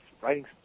Writing